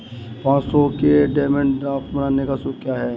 पाँच सौ के डिमांड ड्राफ्ट बनाने का शुल्क क्या है?